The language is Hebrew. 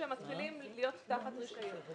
כשמתחילים להיות תחת רישיון,